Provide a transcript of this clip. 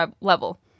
level